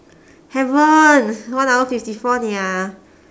haven't one hour fifty four [nia]